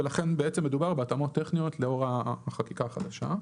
לכן בעצם מדובר בהתאמות טכניות לאור החקיקה החדשה.